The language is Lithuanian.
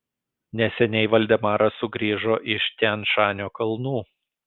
neseniai valdemaras sugrįžo iš tian šanio kalnų